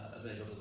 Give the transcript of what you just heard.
available